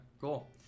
cool